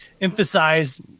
emphasize